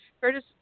Curtis